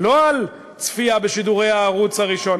לא על צפייה בשידורי הערוץ הראשון,